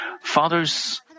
father's